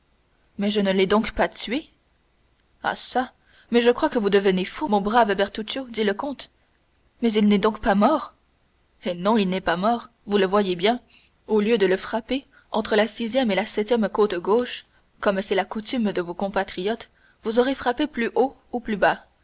mais je ne l'ai donc pas tué ah çà mais je crois que vous devenez fou mon brave bertuccio dit le comte mais il n'est donc pas mort eh non il n'est pas mort vous le voyez bien au lieu de le frapper entre la sixième et la septième côte gauche comme c'est la coutume de vos compatriotes vous aurez frappé plus haut ou plus bas